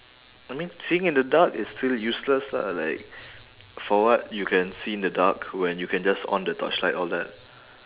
I mean seeing in the dark is still useless lah like for what you can see in the dark when you can just on the torchlight all that